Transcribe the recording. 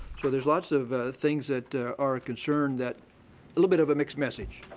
so, there's lot so of things that are of concern that a little bit of a mixed message.